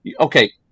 okay